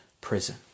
prison